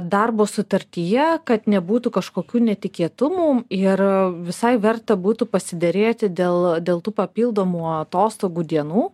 darbo sutartyje kad nebūtų kažkokių netikėtumų ir visai verta būtų pasiderėti dėl dėl tų papildomų atostogų dienų